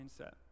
mindset